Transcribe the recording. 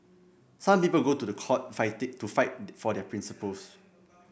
some people go to the court to fight for their principles